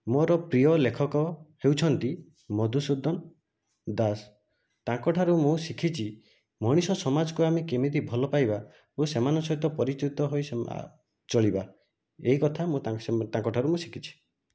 ମୋର ପ୍ରିୟ ଲେଖକ ହେଉଛନ୍ତି ମଧୁସୂଦନ ଦାସ ତାଙ୍କଠାରୁ ମୁଁ ଶିଖିଛି ମଣିଷ ସମାଜକୁ ଆମେ କେମିତି ଭଲପାଇବା ଓ ସେମାନଙ୍କ ସହିତ ପରିଚିତ ହୋଇ ଚଳିବା ଏହିକଥା ମୁଁ ତାଙ୍କ ତାଙ୍କଠାରୁ ମୁଁ ଶିଖିଛି